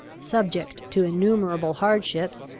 subject to innumerable hardships,